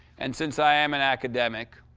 and since i am an academic,